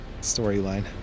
storyline